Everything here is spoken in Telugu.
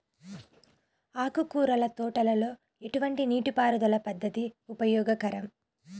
ఆకుకూరల తోటలలో ఎటువంటి నీటిపారుదల పద్దతి ఉపయోగకరం?